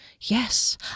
Yes